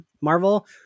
Marvel